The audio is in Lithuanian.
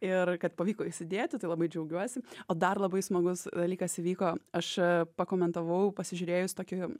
ir kad pavyko įsidėti tai labai džiaugiuosi o dar labai smagus dalykas įvyko aš pakomentavau pasižiūrėjus tokį